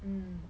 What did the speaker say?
mm